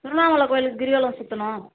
திருவண்ணாமலை கோயிலுக்கு கிரிவலம் சுற்றணும்